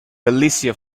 galicia